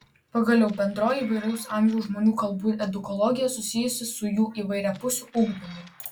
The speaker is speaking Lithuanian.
pagaliau bendroji įvairaus amžiaus žmonių kalbų edukologija susijusi su jų įvairiapusiu ugdymu